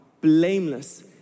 blameless